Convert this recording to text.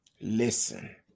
Listen